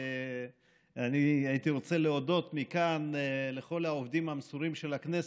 ואני הייתי רוצה להודות מכאן לכל העובדים המסורים של הכנסת,